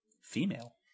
Female